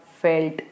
felt